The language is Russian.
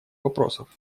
вопросов